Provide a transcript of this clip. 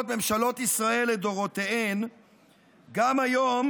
ממשלות ישראל לדורותיהן גם היום,